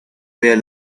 where